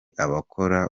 abakora